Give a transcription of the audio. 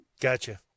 Gotcha